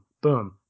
boom